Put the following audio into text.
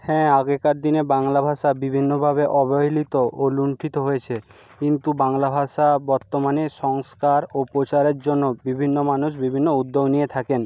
হ্যাঁ আগেকার দিনে বাংলা ভাষা বিভিন্নভাবে অবহেলিত ও লুণ্ঠিত হয়েছে কিন্তু বাংলা ভাষা বর্তমানে সংস্কার ও প্রচারের জন্য বিভিন্ন মানুষ বিভিন্ন উদ্যোগ নিয়ে থাকেন